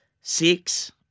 six